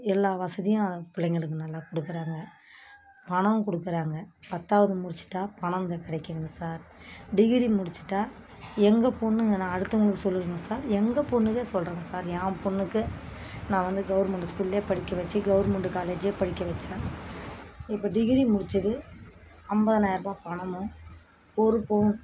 எல்லா வசதியும் பிள்ளைங்களுக்கு நல்லா கொடுக்குறாங்க பணம் கொடுக்குறாங்க பத்தாவது முடிச்சிட்டால் பணங்க கிடைக்குதுங்க சார் டிகிரி முடிச்சிட்டால் எங்கள் பொண்ணுங்க நான் அடுத்தவங்கள சொல்லைல சார் எங்கள் பொண்ணுக்கே சொல்கிறேங்க சார் என் பொண்ணுக்கு நான் வந்து கவுர்மெண்டு ஸ்கூல்லே படிக்க வச்சி கவுர்மெண்டு காலேஜ்ஜே படிக்க வச்சேன் இப்போ டிகிரி முடிச்சது ஐம்பதனாய ரூபா பணமும் ஒரு பவுன்